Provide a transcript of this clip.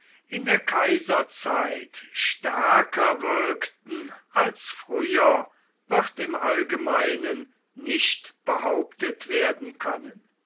in der kaiserzeit stärker wirkten als früher wird im allgemeinen nicht behauptet werden können